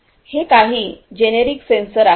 तर हे काही जेनेरिक सेन्सर आहेत